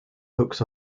books